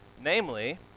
namely